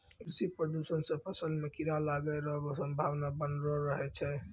कृषि प्रदूषण से फसल मे कीड़ा लागै रो संभावना वनलो रहै छै